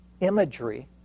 imagery